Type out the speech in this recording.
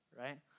right